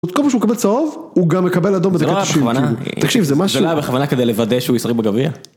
כל פעם שהוא מקבל צהוב, הוא גם מקבל אדום בדקה ה90, תקשיב זה משהו. זה לא היה בכוונה כדי לוודא שהוא ישחק בגביע?